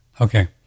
Okay